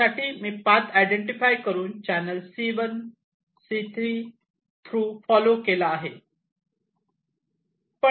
त्यासाठी मी path identify करून channel C1 C3 through follow केला